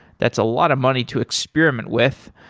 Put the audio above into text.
that's a lot of money to experiment with.